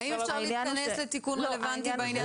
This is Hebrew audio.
האם אפשר להתכנס לתיקון רלוונטי בעניין הזה?